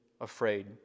afraid